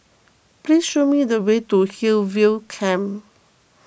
please show me the way to Hillview Camp